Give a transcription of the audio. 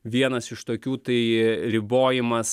vienas iš tokių tai ribojimas